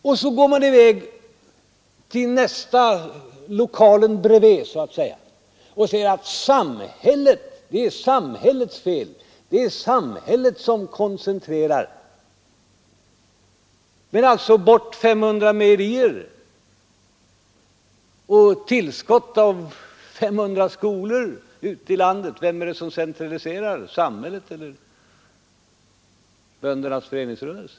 Sedan går man till lokalen bredvid och påstår att det är samhället som koncentrerar. Men om man å ena sidan tar bort 500 mejerier och å andra sidan ger ett tillskott av 500 skolor ute i landet vem är det som centraliserar, samhället eller böndernas föreningsrörelse?